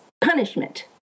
punishment